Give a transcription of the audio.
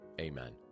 amen